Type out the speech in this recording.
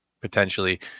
potentially